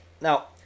Now